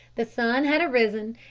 the sun had arisen,